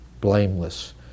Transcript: blameless